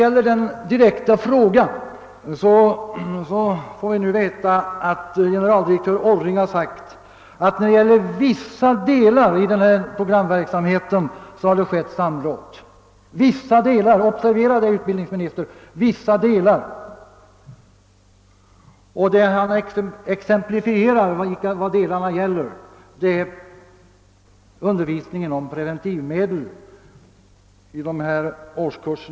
I anledning av min direkta fråga får jag nu veta att generaldirektör Orring har sagt att det i fråga om vissa delar i programverksamheten har förekommit samråd — observera, herr utbildnings minister: i vissa delar! Han exemplifierade vilka delar det gäller och nämnde undervisningen om preventivmedel i dessa årskurser.